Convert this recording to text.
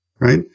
Right